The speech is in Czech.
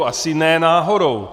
Asi ne náhodou.